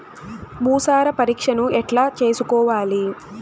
భూసార పరీక్షను ఎట్లా చేసుకోవాలి?